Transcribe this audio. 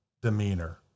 demeanor